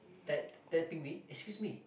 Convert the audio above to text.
tap tapping me excuse me